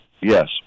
yes